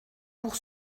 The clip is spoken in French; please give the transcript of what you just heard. pour